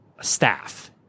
staff